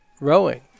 rowing